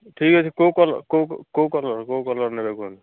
ଠିକ୍ ଅଛି କେଉଁ କଲର୍ କେଉଁ କଲର୍ କେଉଁ କଲର୍ ନେବେ କୁହନ୍ତୁ